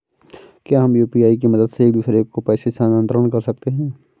क्या हम यू.पी.आई की मदद से एक दूसरे को पैसे स्थानांतरण कर सकते हैं?